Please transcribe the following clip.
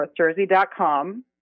NorthJersey.com